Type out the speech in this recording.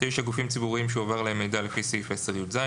פסקה (9): "גופים ציבורים שהועבר להם מידע לפי סעיף 10יז".